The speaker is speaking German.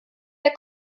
der